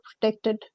protected